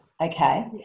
Okay